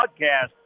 podcast